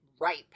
Ripe